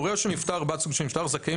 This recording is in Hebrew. הוריו של נפטר או בת זוג של נפטר זכאים,